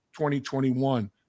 2021